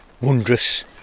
wondrous